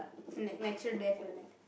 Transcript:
na~ natural death like that